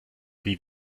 wie